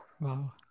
Wow